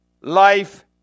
life